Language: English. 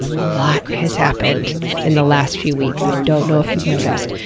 a lot has happened in the last few weeks, i don't know if you've noticed.